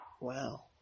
Wow